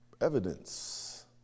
evidence